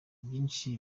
byinshi